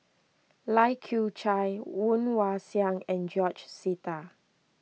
Lai Kew Chai Woon Wah Siang and George Sita